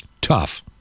tough